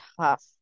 tough